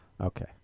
Okay